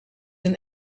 een